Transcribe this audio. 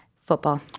Football